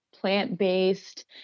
plant-based